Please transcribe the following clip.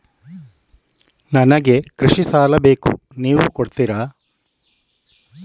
ನನಗೆ ಕೃಷಿ ಸಾಲ ಬೇಕು ನೀವು ಕೊಡ್ತೀರಾ?